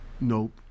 Nope